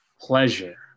pleasure